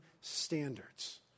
standards